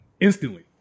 instantly